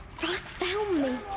rost found me!